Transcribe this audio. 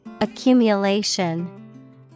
Accumulation